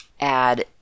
add